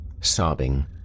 Sobbing